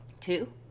Two